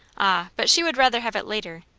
ah, but she would rather have it later.